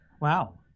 wow